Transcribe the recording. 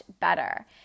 better